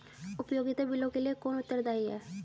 उपयोगिता बिलों के लिए कौन उत्तरदायी है?